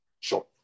Sure